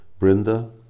Brinda